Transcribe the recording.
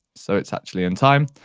so it's actually in time,